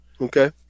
Okay